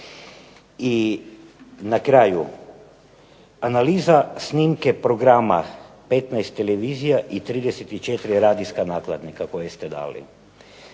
I na kraju, analiza snimke programa 15 televizija i 34 radijska nakladnika koje te dali